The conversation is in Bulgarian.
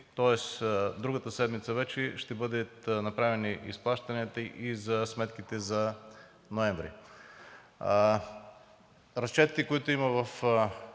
тоест другата седмица, вече ще бъдат направени изплащанията и за сметките за ноември. Разчетите, които има в